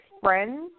friends